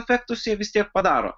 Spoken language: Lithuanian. efektus jie vis tiek padaro